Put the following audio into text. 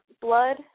Blood